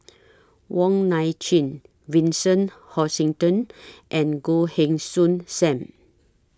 Wong Nai Chin Vincent Hoisington and Goh Heng Soon SAM